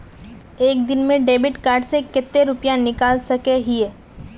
एक दिन में डेबिट कार्ड से कते रुपया निकल सके हिये?